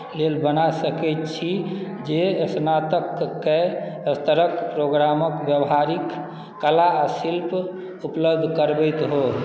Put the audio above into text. लेल बना सकैत छी जे स्नातकके स्तरक प्रोगामक व्यवहारिक कला आ शिल्प उपलब्ध करबैत होइ